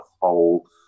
whole